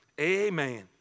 Amen